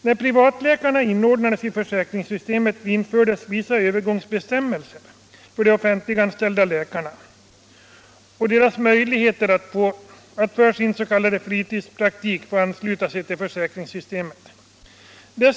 När privatläkarna inordnades i försäkringssystemet infördes vissa övergångsbestämmelser om de offentliganställda läkarnas möjligheter att för sin s.k. fritidspraktik ansluta sig till försäkringssystemet.